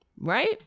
Right